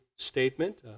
statement